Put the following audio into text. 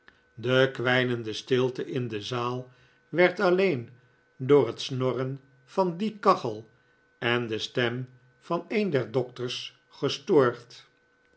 de kwijnende stilte in de zaal werd alleen door het snorren van die kachel en de stem van een der doctors gestoord